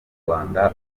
rwanda